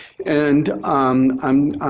and um i'm